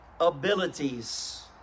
abilities